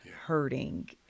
hurting